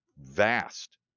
vast